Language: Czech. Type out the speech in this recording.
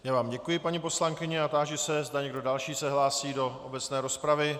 Já vám děkuj, paní poslankyně, a táži se, zda někdo další se hlásí do obecné rozpravy.